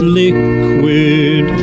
liquid